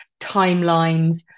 timelines